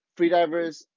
Freedivers